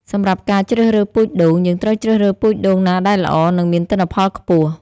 សម្រាប់ការជ្រើសរើសពូជដូង យើងត្រូវជ្រើសរើសពូជដូងណាដែលល្អ និងមានទិន្នផលខ្ពស់។